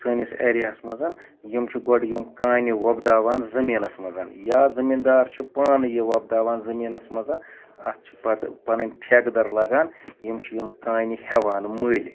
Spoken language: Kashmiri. سٲنِس ایریاہَس منٛز یِم چھِ گۄڈٕ یِم کانہِ وۄپداوان زٔمیٖنَس منٛز یا زٔمیٖندار چھُ یہِ پانہٕ وۄپداوان زٔمیٖنَس منٛز اَتھ چھِ پَتہٕ پَنٕنۍ ٹھیٖکہٕ در لگان یِم چھِ یِم کانہِ ہیوان مٔلۍ